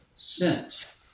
Sent